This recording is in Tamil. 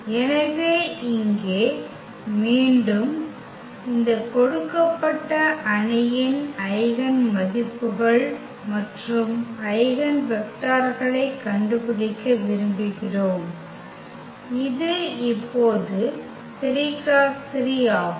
எனவே இங்கே மீண்டும் இந்த கொடுக்கப்பட்ட அணியின் ஐகென் மதிப்புகள் மற்றும் ஐகென் வெக்டர்களைக் கண்டுபிடிக்க விரும்புகிறோம் இது இப்போது 3 × 3 ஆகும்